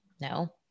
no